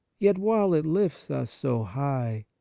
yet while it lifts us so high,